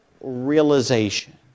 realization